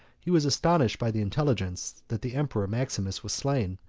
he was astonished by the intelligence, that the emperor maximus was slain,